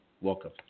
Welcome